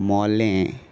मोलें